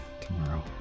tomorrow